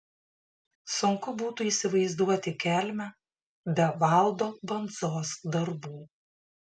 sunku būtų įsivaizduoti kelmę be valdo bandzos darbų